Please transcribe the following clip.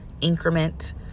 increment